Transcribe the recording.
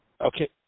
Okay